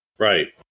Right